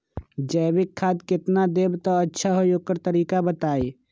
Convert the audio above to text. जैविक खाद केतना देब त अच्छा होइ ओकर तरीका बताई?